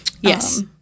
Yes